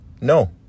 No